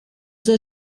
that